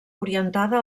orientada